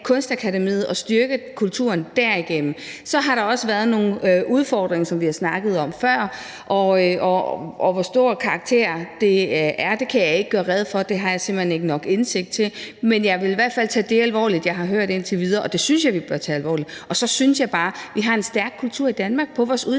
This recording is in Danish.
Kunstakademiet og styrke kulturen derigennem. Så har der også været nogle udfordringer, som vi har snakket om før, og hvor stor en karakter de har, kan jeg ikke gøre rede for, for det har jeg simpelt hen ikke nok indsigt til. Men jeg vil i hvert fald tage det, jeg har hørt indtil videre, alvorligt, og det synes jeg vi bør tage alvorligt. Så synes jeg bare, at vi har stærk kultur i Danmark på vores